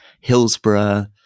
Hillsborough